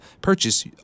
purchase